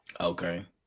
Okay